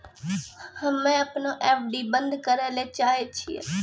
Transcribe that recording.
हम्मे अपनो एफ.डी बन्द करै ले चाहै छियै